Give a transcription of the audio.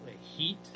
heat